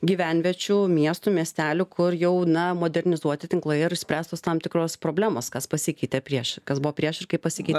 gyvenviečių miestų miestelių kur jau na modernizuoti tinklai ar išspręstos tam tikros problemos kas pasikeitė prieš kas buvo prieš ir kaip pasikeitė